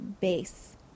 base